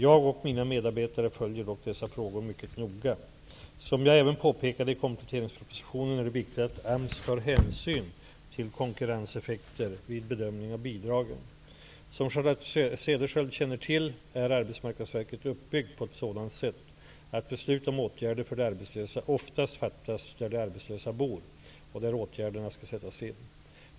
Jag och mina medarbetare följer dock dessa frågor mycket noga. Som jag även påpekade i kompletteringspropositionen är det viktigt att AMS tar hänsyn till konkurrenseffekter vid bedömning av bidragen. Som Charlotte Cederschiöld känner till, är Arbetsmarknadsverket uppbyggt på ett sådant sätt att beslut om åtgärder för de arbetslösa oftast fattas där de arbetslösa bor, och där åtgärderna skall sättas in.